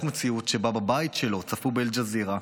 מציאות שבה בבית שלו צפו באל-ג'זירה,